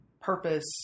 purpose